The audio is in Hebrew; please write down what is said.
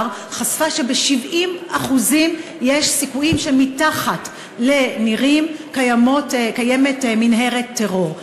חשפה שיש סיכוי של 70% שמתחת לנירים קיימת מנהרת טרור.